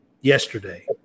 yesterday